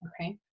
Okay